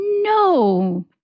no